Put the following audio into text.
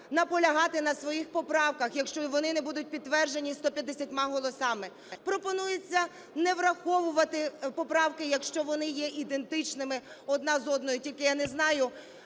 наполягати на своїх поправках, якщо вони не будуть підтверджені 150 голосами, пропонується не враховувати поправки, якщо вони є ідентичними одна з одною. Тільки я не знаю,